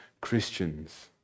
Christians